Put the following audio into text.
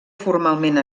formalment